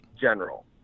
general